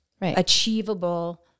achievable